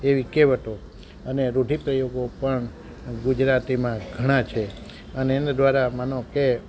એવી કહેવતો અને રૂઢિપ્રયોગો પણ ગુજરાતીમાં ઘણા છે અને એને દ્વારા માનો કે